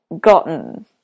gotten